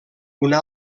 una